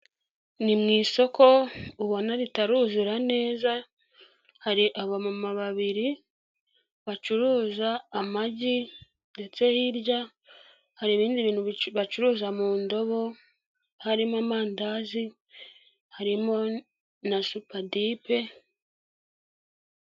Ni mu isoko ubona ritaruzura neza, hari abamama babiri bacuruza amagi ndetse hirya hari ibindi bintu bacuruza mu ndobo, harimo amandazi, harimo na supadipe.